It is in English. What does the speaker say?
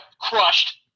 crushed